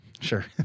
Sure